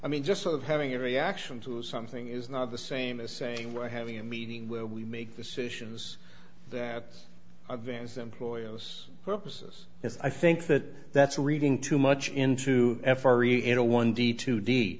i mean just sort of having a reaction to something is not the same as saying we're having a meeting where we make decisions that advance employ those purposes is i think that that's reading too much into f r e e into one d two d